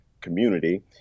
community